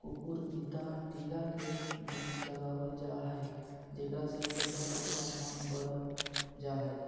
कुकुरविता टीला के बीच लगावल जा हई, जेकरा से टीला के तापमान बढ़ जा हई